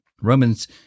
Romans